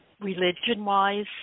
religion-wise